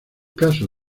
caso